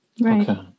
Right